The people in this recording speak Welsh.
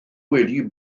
wedi